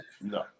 no